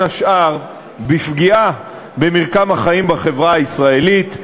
השאר בפגיעה במרקם החיים בחברה הישראלית,